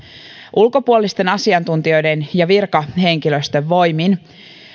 ulkopuolisten asiantuntijoiden ja virkahenkilöstön voimin